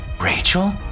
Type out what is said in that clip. Rachel